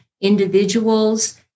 individuals